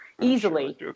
easily